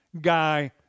guy